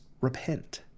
repent